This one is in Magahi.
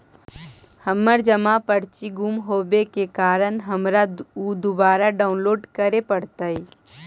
हमर जमा पर्ची गुम होवे के कारण हमारा ऊ दुबारा डाउनलोड करे पड़तई